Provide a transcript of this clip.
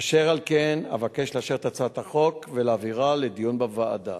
אשר על כן אבקש לאשר את הצעת החוק ולהעבירה לדיון בוועדה.